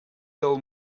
del